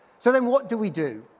so then, what do we do?